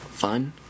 fun